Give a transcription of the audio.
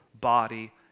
body